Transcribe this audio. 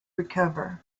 recover